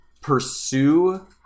pursue